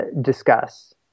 discuss